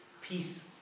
peace